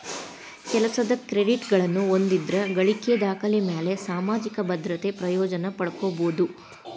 ಕೆಲಸದ್ ಕ್ರೆಡಿಟ್ಗಳನ್ನ ಹೊಂದಿದ್ರ ಗಳಿಕಿ ದಾಖಲೆಮ್ಯಾಲೆ ಸಾಮಾಜಿಕ ಭದ್ರತೆ ಪ್ರಯೋಜನ ಪಡ್ಕೋಬೋದು